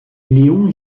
léon